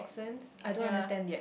ya